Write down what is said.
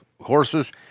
horses